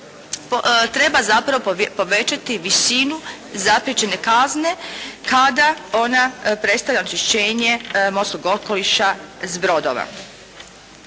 treba zapravo povećati visini zapriječene kazne kada ona predstavlja onečišćenje morskog okoliša s brodova.